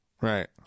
Right